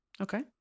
Okay